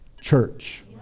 church